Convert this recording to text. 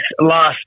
last –